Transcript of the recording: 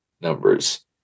numbers